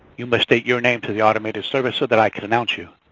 you must state your name to the automated service so that i can announce you.